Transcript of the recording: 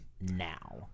now